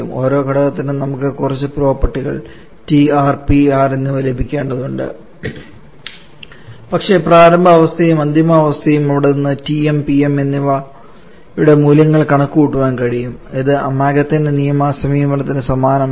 ഓരോ ഘടകത്തിനും നമുക്ക് കുറച്ച പ്രോപ്പർട്ടികൾ TR PR എന്നിവ ലഭിക്കേണ്ടതുണ്ട് പക്ഷേ പ്രാരംഭ അവസ്ഥയും അന്തിമ അവസ്ഥയും അവിടെ നിന്ന് Tm Pm എന്നിവയുടെ മൂല്യങ്ങൾ കണക്കുകൂട്ടാൻ കഴിയും ഇത് അമാഗത്തിന്റെ നിയമ സമീപനത്തിന് സമാനമാണ്